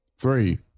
three